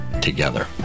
together